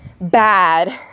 bad